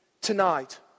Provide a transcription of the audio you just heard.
tonight